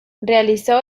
realizó